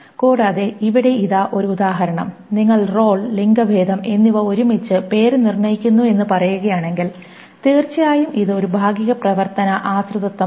കൂടാതെ ഇവിടെ ഇതാ ഒരു ഉദാഹരണം നിങ്ങൾ റോൾ ലിംഗഭേദം എന്നിവ ഒരുമിച്ച് പേര് നിർണ്ണയിക്കുന്നു എന്ന് പറയുകയാണെങ്കിൽ തീർച്ചയായും ഇത് ഒരു ഭാഗിക പ്രവർത്തന ആശ്രിതത്വമാണ്